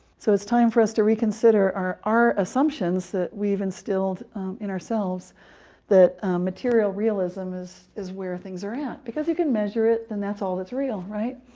so it's time for us to reconsider our our assumptions that we've instilled in ourselves that material realism is is where things are at, because you can measure it, then that's all that's real, right?